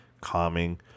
calming